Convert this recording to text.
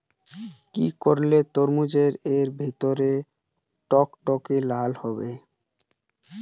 কি করলে তরমুজ এর ভেতর টকটকে লাল হবে?